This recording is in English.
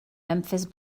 memphis